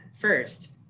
First